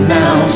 now